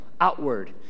outward